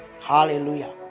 Hallelujah